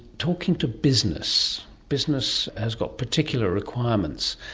talking to business. business has got particular requirements.